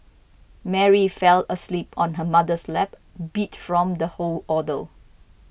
Mary fell asleep on her mother's lap beat from the whole ordeal